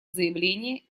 заявление